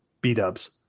B-dubs